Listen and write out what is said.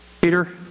Peter